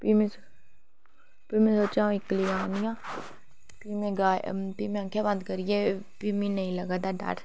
फिह् में सोचेआ अ'ऊं इक्कली गा दी आं फ्ही में गाया में अक्खियां बंद करियै फ्ही मी नेईं लगा दा डर